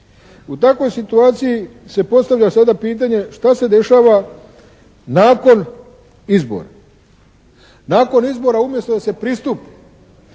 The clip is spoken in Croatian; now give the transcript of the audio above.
U takvoj situaciji se postavlja sada pitanje šta se dešava nakon izbora. Nakon izbora umjesto da se pristupi